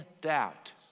doubt